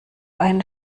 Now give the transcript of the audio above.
einen